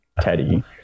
Teddy